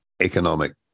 economic